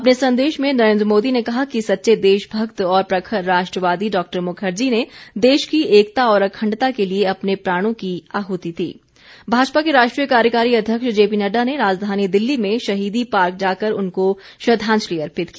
अपने संदेश में नरेन्द्र मोदी ने कहा कि सच्चे देशभक्त और प्रखर राष्ट्रवादी डॉ मुखर्जी ने देश की एकता और अखंडता के लिए अपने प्राणों की आहुति भाजपा के राष्ट्रीय कार्यकारी अध्यक्ष जेपी नड्डा ने राजधानी दिल्ली में शहीदी पार्क जाकर उनको श्रद्धांजलि अर्पित की